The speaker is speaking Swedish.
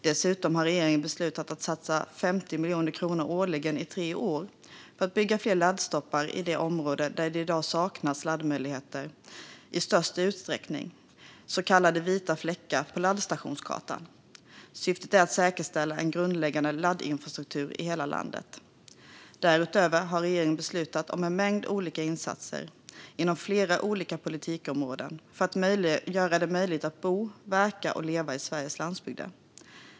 Dessutom har regeringen beslutat att satsa 50 miljoner kronor årligen i tre år för att bygga fler laddstolpar i de områden där det i störst utsträckning saknas laddmöjligheter i dag, så kallade vita fläckar på laddstationskartan. Syftet är att säkerställa en grundläggande laddinfrastruktur i hela landet. Därutöver har regeringen beslutat om en mängd olika insatser inom flera olika politikområden för att göra det möjligt att bo, verka och leva i Sveriges landsbygder.